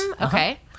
Okay